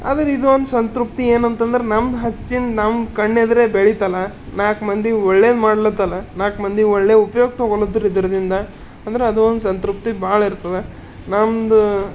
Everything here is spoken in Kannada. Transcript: ಆದರೆ ಇದೊಂದು ಸಂತೃಪ್ತಿ ಏನಂತಂದ್ರೆ ನಮ್ಮ ಹಚ್ಚಿದ್ದು ನಮ್ಮ ಕಣ್ಣೆದುರೆ ಬೆಳೀತಲ್ಲ ನಾಲ್ಕು ಮಂದಿಗೆ ಒಳ್ಳೇದು ಮಾಡ್ಲತಲ್ಲ ನಾಲ್ಕು ಮಂದಿಗೆ ಒಳ್ಳೆ ಉಪಯೋಗ ತೊಗೊಳ್ಳೋದ್ರಿಂದ ಇದರಿಂದ ಅಂದ್ರೆ ಅದು ಒಂದು ಸಂತೃಪ್ತಿ ಭಾಳ ಇರ್ತದೆ ನಮ್ಮದು